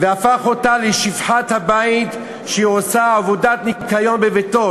הוא הפך אותה לשפחת הבית שעושה עבודת ניקיון בביתו.